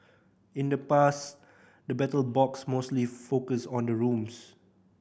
in the past the Battle Box mostly focused on the rooms